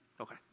Okay